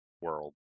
world